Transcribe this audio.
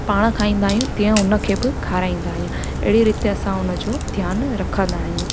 पाण खाईंदा आहियूं तीअं उन खे बि खाराईंदा आहियूं अहिड़ी रीति असां उन जो ध्यानु रखंदा आहियूं